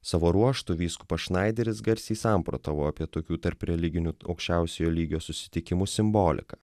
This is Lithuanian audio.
savo ruožtu vyskupas šnaideris garsiai samprotavo apie tokių tarpreliginių aukščiausiojo lygio susitikimų simboliką